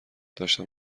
داشتم